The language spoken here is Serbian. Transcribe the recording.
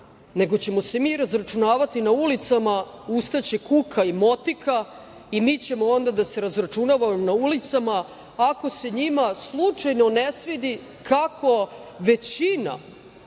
nego ćemo se mi razračunavati na ulicama, ustaće kuka i motika i mi ćemo onda da se razračunavamo na ulicama, ako se njima slučajno ne svidi kako većina